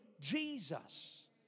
Jesus